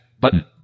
Button